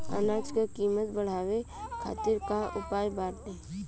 अनाज क कीमत बढ़ावे खातिर का उपाय बाटे?